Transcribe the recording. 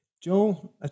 Joel